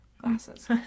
glasses